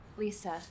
Lisa